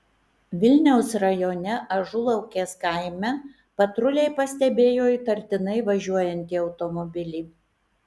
vilniaus rajone ažulaukės kaime patruliai pastebėjo įtartinai važiuojantį automobilį